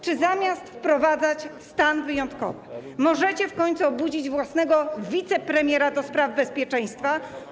Czy zamiast wprowadzać stan wyjątkowy, możecie w końcu obudzić własnego wicepremiera do spraw bezpieczeństwa?